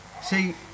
See